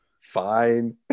fine